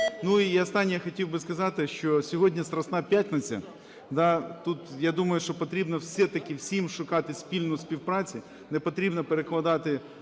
Ну і останнє я хотів би сказати, що сьогодні Страсна п'ятниця, да, тут, я думаю, що потрібно все-таки всім шукати спільну співпрацю, не потрібно перекладати